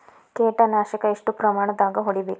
ಕೇಟ ನಾಶಕ ಎಷ್ಟ ಪ್ರಮಾಣದಾಗ್ ಹೊಡಿಬೇಕ?